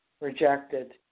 rejected